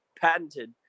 patented